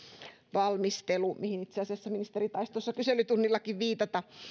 valmistelu mihin itse asiassa ministeri taisi tuossa kyselytunnillakin viitata